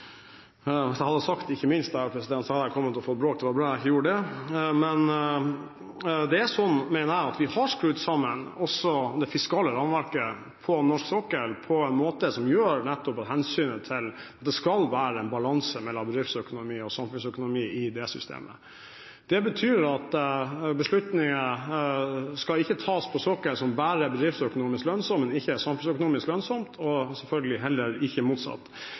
hadde jeg fått bråk, så det var bra jeg ikke gjorde det. Jeg mener at vi har skrudd sammen også det fiskale rammeverket på norsk sokkel på en måte som gjør at det nettopp skal være en balanse mellom bedriftsøkonomi og samfunnsøkonomi i det systemet. Det betyr at det ikke skal tas beslutninger på sokkelen som bare er bedriftsøkonomisk lønnsomme, og som ikke er samfunnsøkonomisk lønnsomme – og selvfølgelig heller ikke motsatt.